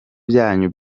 byanyu